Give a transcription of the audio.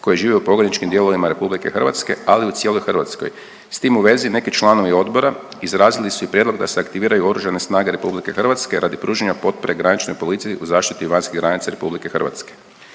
koji žive u pograničnim dijelovima Republike Hrvatske, ali i u cijeloj Hrvatskoj. S tim u vezi neki članovi odbora izrazili su i prijedlog da se aktiviraju Oružane snage Republike Hrvatske radi pružanja potpore graničnoj policiji u zaštiti vanjskih granica Republike Hrvatske.